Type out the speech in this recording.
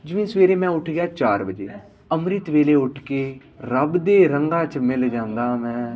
ਜਿਵੇਂ ਸਵੇਰੇ ਮੈਂ ਉੱਠ ਗਿਆ ਚਾਰ ਵਜੇ ਅੰਮ੍ਰਿਤ ਵੇਲੇ ਉੱਠ ਕੇ ਰੱਬ ਦੇ ਰੰਗਾਂ 'ਚ ਮਿਲ ਜਾਂਦਾ ਮੈਂ